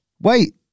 Wait